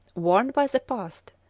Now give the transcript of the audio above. warned by the past,